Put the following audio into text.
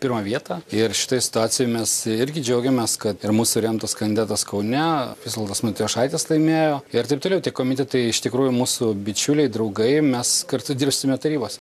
pirmą vietą ir šitoj situacijoj mes irgi džiaugiamės kad ir mūsų remtas kandidatas kaune visvaldas matijošaitis laimėjo ir taip toliau tie komitetai iš tikrųjų mūsų bičiuliai draugai mes kartu dirbsime tarybose